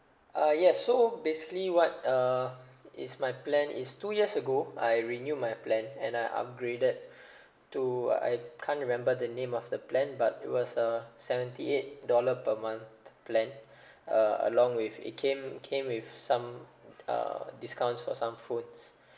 uh yes so basically what uh is my plan is two years ago I renew my plan and I upgraded to I can't remember the name of the plan but it was a seventy eight dollar per month plan uh along with it came came with some uh discounts for some foods